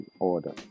order